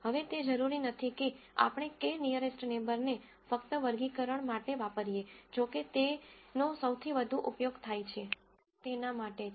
હવે તે જરૂરી નથી કે આપણે k નીઅરેસ્ટ નેબર ને ફક્ત વર્ગીકરણ માટે વાપરીએ જોકે તેનો સૌથી વધુ ઉપયોગ થાય છે તેના માટે જ